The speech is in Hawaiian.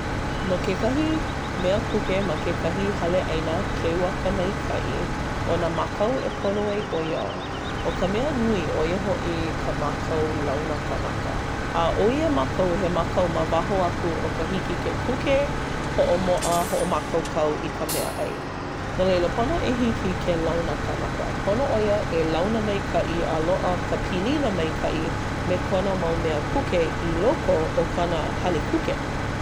No kekahi mea kuke ma kekahi hale ʻaina keu a ka maikaʻi ʻo nā mākau e pono ai ʻo ia ʻo ka mea nui ʻo ia hoʻi ka mākau launa kanaka. A ʻo ia mākau he mākau ma waho aku o ka hiki ke kuke hoʻomoʻa hoʻomākaukau i ka meaʻai. No leila, pono e hiki ke launa kanaka. Pono ʻo ia launa maikaʻi a loaʻa ka pilina maikaʻi me kona mau mea kuke i loko o kona hale kuke.